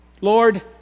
Lord